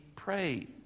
Pray